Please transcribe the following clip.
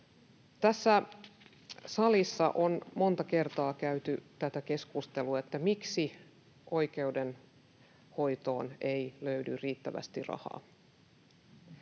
Tässä salissa on monta kertaa käyty tätä keskustelua siitä, miksi oikeudenhoitoon ei löydy riittävästi rahaa.